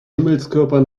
himmelskörper